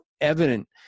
evident